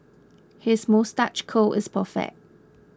his moustache curl is perfect